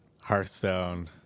Hearthstone